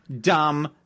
dumb